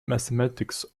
mathematics